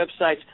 websites